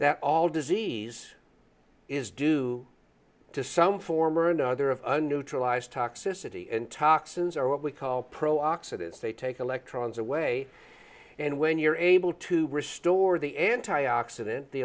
that all disease is due to some form or another of a neutral ice toxicity and toxins are what we call pro oxidants they take electrons away and when you're able to restore the anti oxidant the